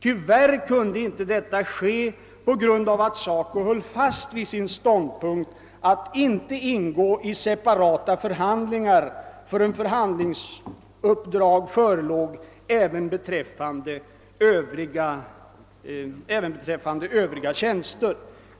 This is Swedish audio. Tyvärr kunde detta inte ske, då SACO höll fast vid sin ståndpunkt att inte ingå i separata förhandlingar förrän förhandlingsuppdrag förelåg även beträffande övriga tjänster.